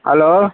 hello